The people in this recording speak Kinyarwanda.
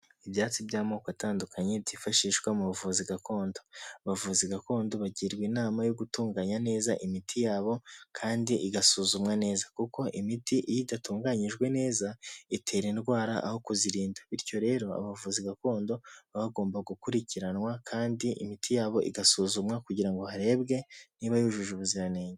Ibyatsi by'amoko atandukanye byifashishwa mu buvuzi gakondo, abavuzi gakondo bagirwa inama yo gutunganya neza imiti yabo kandi igasuzumwa neza kuko imiti iyo idatunganyijwe neza itera indwara aho kuzirinda, bityo rero abavuzi gakondo baba bagomba gukurikiranwa kandi imiti yabo igasuzumwa kugira ngo harebwe niba yujuje ubuziranenge.